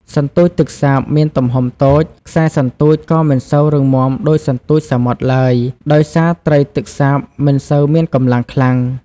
សន្ទូចទឹកសាបមានទំហំតូច ខ្សែសន្ទូចក៏មិនសូវរឹងមាំដូចសន្ទូចសមុទ្រឡើយ ដោយសារត្រីទឹកសាបមិនសូវមានកម្លាំងខ្លាំង។